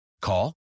Call